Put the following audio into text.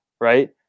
right